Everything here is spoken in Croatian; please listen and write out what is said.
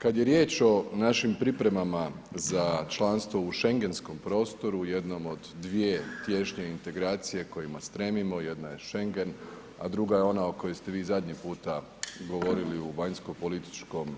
Kad je riječ o našim pripremama za članstvo u Schengenskom prostoru u jednom od dvije tješnje integracije kojima stremimo, jedna je Schengen, a druga je ona o kojoj ste vi zadnji puta govorili u vanjskopolitičkom